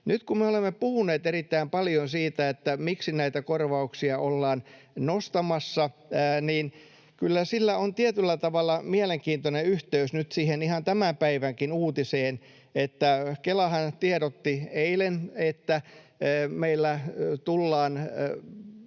Nyt kun me olemme puhuneet erittäin paljon siitä, miksi näitä korvauksia ollaan nostamassa, niin kyllä sillä on tietyllä tavalla mielenkiintoinen yhteys nyt siihen ihan tämän päivänkin uutiseen. Kelahan tiedotti eilen, että meillä tullaan